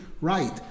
Right